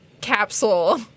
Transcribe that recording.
capsule